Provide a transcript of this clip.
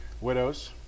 widows